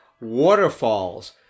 Waterfalls